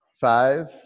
Five